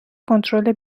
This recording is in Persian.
کنترل